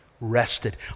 rested